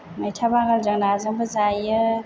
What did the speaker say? मैथा बांगालजों नाजोंबो जायो